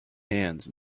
hands